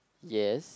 yes